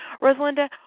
Rosalinda